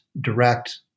direct